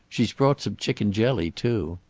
she's brought some chicken jelly, too.